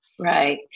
Right